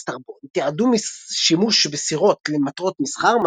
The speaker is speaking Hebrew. וסטראבון תיעדו שימוש בסירות למטרות מסחר,